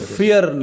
fear